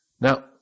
Now